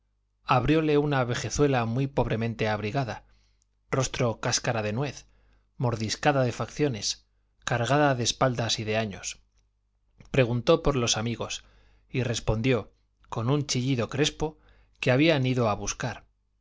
llamó abrióle una vejezuela muy pobremente abrigada rostro cáscara de nuez mordiscada de facciones cargada de espaldas y de años preguntó por los amigos y respondió con un chillido crespo que habían ido a buscar